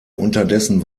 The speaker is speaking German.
unterdessen